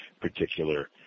particular